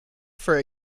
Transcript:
for